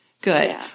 good